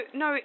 no